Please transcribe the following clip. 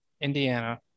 Indiana